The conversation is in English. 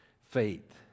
faith